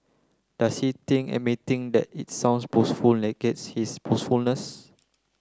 does he think admitting that it sounds boastful negates his boastfulness